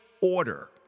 order